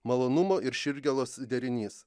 malonumo ir širdgėlos derinys